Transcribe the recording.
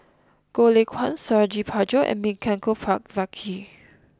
Goh Lay Kuan Suradi Parjo and Milenko Prvacki